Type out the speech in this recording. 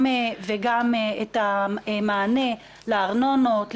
וגם תיתן את המענה לארנונות,